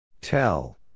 Tell